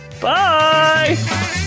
Bye